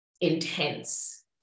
intense